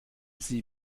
sie